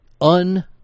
un